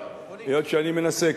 אבל היות שאני מנסה,